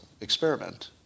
experiment